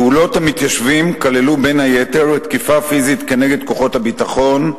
פעולות המתיישבים כללו בין היתר תקיפה פיזית כנגד כוחות הביטחון,